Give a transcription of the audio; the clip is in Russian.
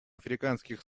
африканских